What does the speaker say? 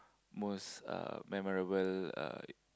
most uh memorable uh